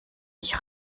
mich